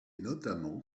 notamment